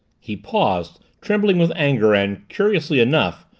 he paused, trembling with anger and, curiously enough,